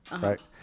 right